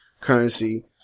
Currency